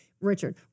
Richard